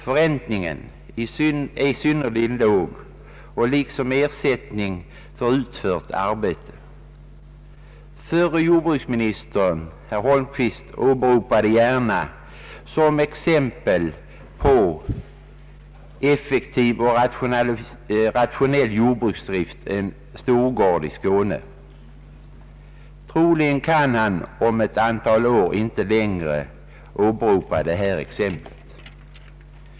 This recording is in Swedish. Förräntningen är synnerligen låg liksom ersättningen för utfört arbete. Förre jordbruksministern herr Holmqvist åberopade gärna som exempel på effektiv och rationell jordbruksdrift en storgård i Skåne. Troligen kan han om ett antal år inte längre åberopa detta exempel.